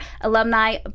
alumni